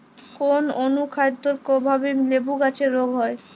কোন অনুখাদ্যের অভাবে লেবু গাছের রোগ হয়?